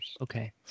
okay